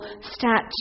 statue